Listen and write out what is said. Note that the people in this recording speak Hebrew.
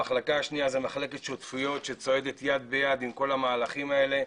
המחלקה השנייה היא מחלקת שותפויות שצועדת יד ביד עם כל המהלכים האלה,